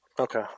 Okay